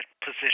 position